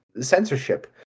censorship